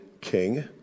king